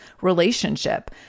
relationship